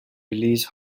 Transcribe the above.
release